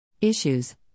issues